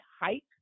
height